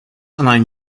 align